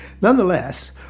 Nonetheless